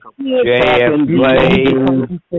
JFK